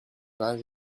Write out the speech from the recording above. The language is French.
pas